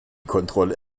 kontrolle